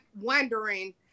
wondering